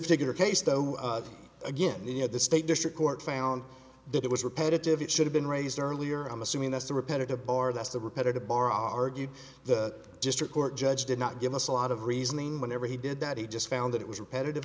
particular case though again you know the state district court found that it was repetitive it should have been raised earlier i'm assuming that's the repetitive bar that's the repetitive bar argued the district court judge did not give us a lot of reasoning whenever he did that he just found that it was repetitive